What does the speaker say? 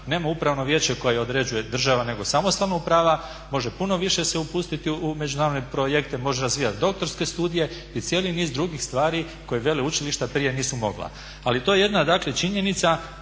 nema upravno vijeće koje određuje država nego samostalno upravlja, može puno više se upustiti u međunarodne projekte, može razvijat doktorske studije i cijeli niz drugih stvari koje veleučilišta prije nisu mogla. Ali to je jedna dakle činjenica